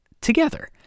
together